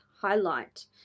highlight